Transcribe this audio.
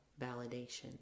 validation